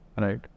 Right